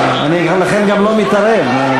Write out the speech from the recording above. לכן אני גם לא מתערב.